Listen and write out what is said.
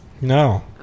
no